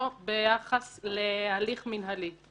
לא ביחס להליך מינהלי.